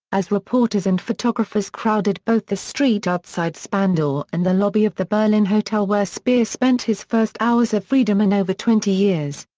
as reporters and photographers crowded both the street outside spandau ah and the lobby of the berlin hotel where speer spent his first hours of freedom in over twenty years.